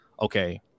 okay